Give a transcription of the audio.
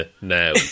now